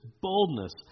boldness